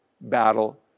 battle